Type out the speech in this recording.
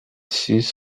six